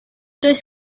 does